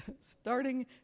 Starting